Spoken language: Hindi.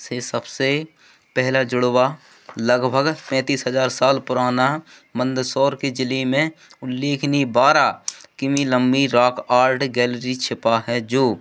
से सबसे पहला जुड़वाँ लगभग सैंतीस हजार साल पुराना मंदसोर के जिले में उल्लेखनीय बारह किमी लम्बी राख आर्ड गेलरी छिपा है जो